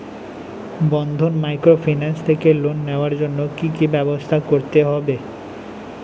বন্ধন microfinance থেকে loan নেওয়ার জন্য কি কি ব্যবস্থা করতে হবে?